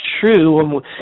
true